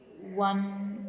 one